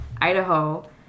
Idaho